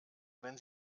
wenn